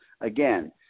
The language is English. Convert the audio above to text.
again